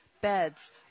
beds